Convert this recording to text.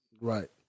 Right